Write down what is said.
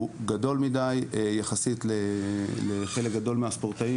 גדול מדי יחסית לחלק גדול מהספורטאים.